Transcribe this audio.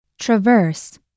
Traverse